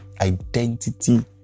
identity